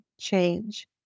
change